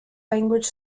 language